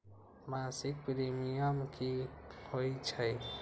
मासिक प्रीमियम की होई छई?